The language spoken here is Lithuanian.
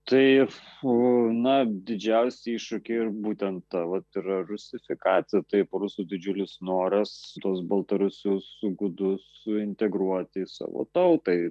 tai fu na didžiausi iššūkiai ir būtent ta vat rusifikacija taip rusų didžiulis noras tuos baltarusius gudus suintegruoti į savo tautą